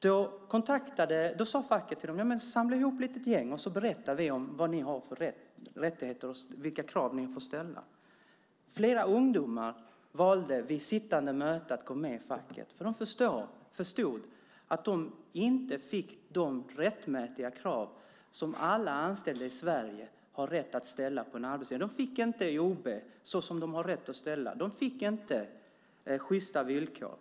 Då sade facket: Samla ihop ett litet gäng så berättar vi om vad ni har för rättigheter och vilka krav man får ställa. Flera ungdomar valde vid sittande möte att gå med i facket, för de förstod att de inte fick de krav tillgodosedda som alla anställda i Sverige har rätt att ställa på en arbetsgivare. De fick inte ob som de har rätt att kräva. De fick inte sjysta villkor.